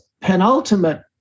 penultimate